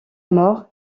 mort